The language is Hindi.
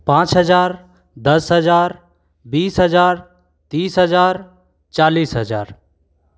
पाँच हज़ार दस हजार बीस हज़ार तीस हज़ार चालिस हज़ार